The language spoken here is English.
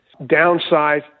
downsize